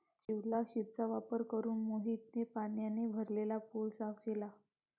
शिवलाशिरचा वापर करून मोहितने पाण्याने भरलेला पूल साफ केला